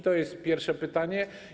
To jest pierwsze pytanie.